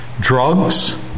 drugs